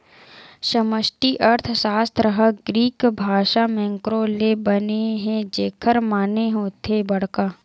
समस्टि अर्थसास्त्र ह ग्रीक भासा मेंक्रो ले बने हे जेखर माने होथे बड़का